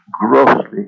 grossly